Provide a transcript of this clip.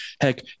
heck